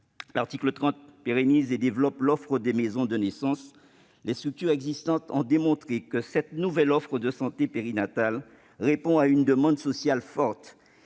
L'article 30 tend à pérenniser et développer l'offre de maisons de naissance. Les structures existantes ont démontré que cette nouvelle offre de santé périnatale répond à une demande sociale forte